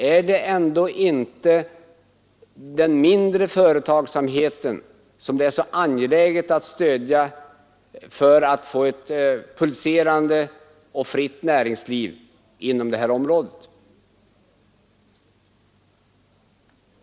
Är det ändå inte mycket angeläget att stödja den mindre företagsamheten för att man skall få ett pulserande och fritt näringsliv inom detta område?